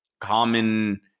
common